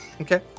Okay